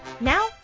Now